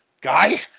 guy